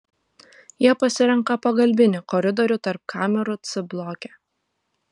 jie pasirenka pagalbinį koridorių tarp kamerų c bloke